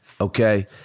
Okay